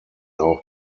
auch